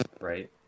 right